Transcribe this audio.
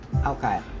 Okay